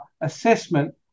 assessment